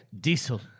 Diesel